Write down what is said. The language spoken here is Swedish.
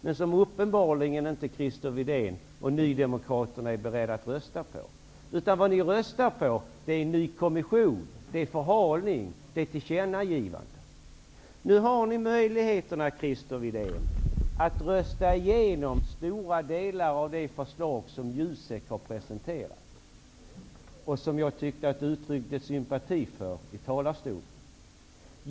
Christer Windén och nydemokraterna är uppenbarligen inte beredda att rösta på dessa förslag. Det ni röstar på är en ny kommission, förhalning och tillkännagivanden. Nu har ni möjlighet att rösta igenom stora delar av det förslag som JUSEK har presenterat och som jag tyckte att Christer Windén uttryckte sympati för i talarstolen.